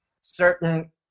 certain